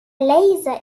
laser